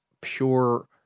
pure